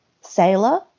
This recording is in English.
sailor